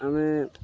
ଆମେ